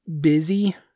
busy